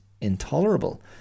intolerable